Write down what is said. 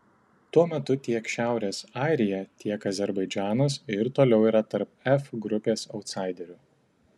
tuo metu tiek šiaurės airija tiek azerbaidžanas ir toliau yra tarp f grupės autsaiderių